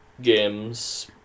games